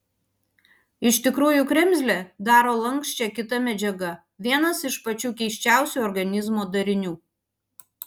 iš tikrųjų kremzlę daro lanksčią kita medžiaga vienas iš pačių keisčiausių organizmo darinių